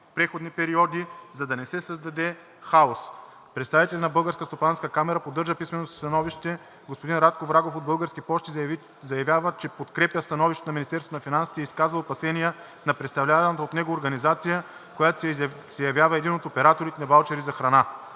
преходни периоди, за да не се създаде хаос. Представителят на Българската стопанска камера поддържа писменото си становище. Господин Радко Врагов от „Български пощи“ заявява, че подкрепя становището на Министерството на финансите и изказва опасенията на представляваната от него организация, която се явява един от операторите на ваучери за храна.“